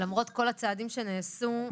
למרות כל הצעדים שנעשו,